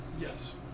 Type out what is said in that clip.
Yes